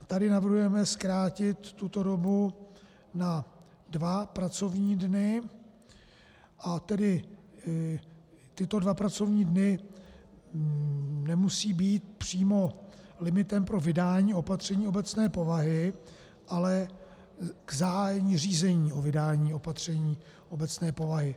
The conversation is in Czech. Tady navrhujeme zkrátit tuto dobu na dva pracovní dny, a tedy tyto dva pracovní dny nemusí být přímo limitem pro vydání opatření obecné povahy, ale k zahájení řízení o vydání opatření obecné povahy.